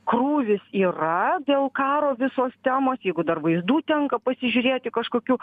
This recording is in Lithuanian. krūvis yra dėl karo visos temos jeigu dar vaizdų tenka pasižiūrėti kažkokių